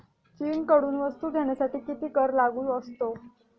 चीनकडून वस्तू घेण्यासाठी किती कर लागू असतो?